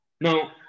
Now